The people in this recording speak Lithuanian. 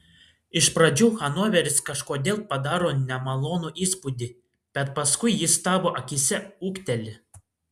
iš pradžių hanoveris kažkodėl padaro nemalonų įspūdį bet paskui jis tavo akyse ūgteli